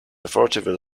authoritative